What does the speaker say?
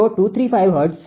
0235 hertz છે